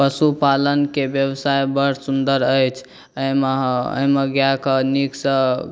पशुपालनके व्यवसाय बड़ सुन्दर अछि एहिमे अहाँ एहिमे गाएकेँ नीकसँ